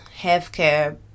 healthcare